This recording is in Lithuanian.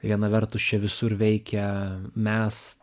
viena vertus čia visur veikia mes